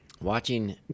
watching